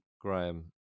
Graham